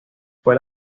fue